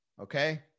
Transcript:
okay